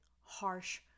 harsh